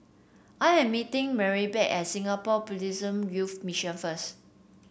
I am meeting Maribeth at Singapore Buddhist Youth Mission first